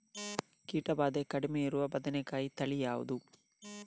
ಕೀಟ ಭಾದೆ ಕಡಿಮೆ ಇರುವ ಬದನೆಕಾಯಿ ತಳಿ ಯಾವುದು?